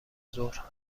ظهر